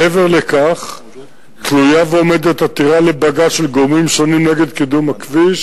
מעבר לכך תלויה ועומדת עתירה לבג"ץ של גורמים שונים נגד קידום הכביש.